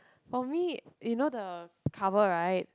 for me you know the cover right